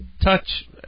touch